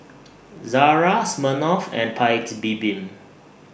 Zara Smirnoff and Paik's Bibim